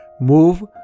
move